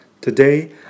Today